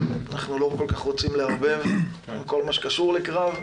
אנחנו לא כל כך רוצים לערבב כל מה שקשור לקרב.